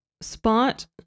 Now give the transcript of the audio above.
spot